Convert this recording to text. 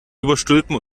überstülpen